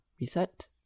reset